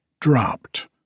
dropped